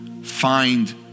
Find